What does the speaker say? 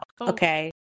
okay